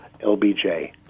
LBJ